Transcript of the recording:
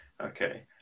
Okay